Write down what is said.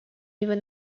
niveau